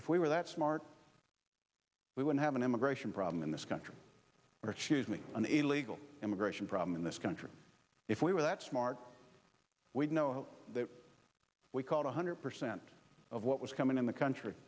if we were that smart we would have an immigration problem in this country are choosing an illegal immigration problem in this country if we were that smart we'd know that we caught one hundred percent of what was coming in the country